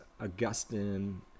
Augustine